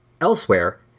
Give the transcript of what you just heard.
Elsewhere